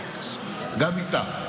גם איתך.